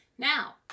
now